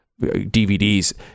dvds